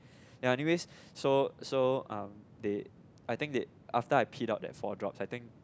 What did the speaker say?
ya anyways so so um they I think they after I peed out that four drops I think